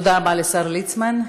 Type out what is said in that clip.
תודה רבה לשר ליצמן.